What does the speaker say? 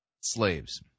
slaves